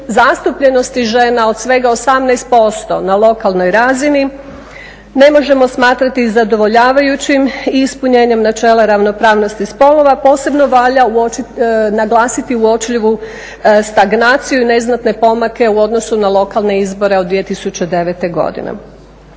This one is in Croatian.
zastupljenosti žena od svega 18% na lokalnoj razini ne možemo smatrati zadovoljavajućim i ispunjenjem načela ravnopravnosti spolova posebno valja naglasiti uočljivu stagnaciju i neznatne pomake u odnosu na lokalne izbore od 2009. godine.